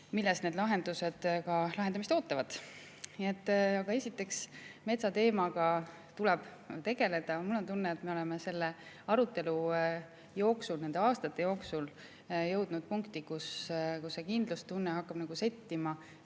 [kus probleemid] lahendamist ootavad. Esiteks, metsateemaga tuleb tegeleda. Mul on tunne, et me oleme selle arutelu jooksul, nende aastate jooksul jõudnud punkti, kus kindlustunne hakkab settima